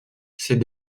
ces